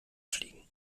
fliegen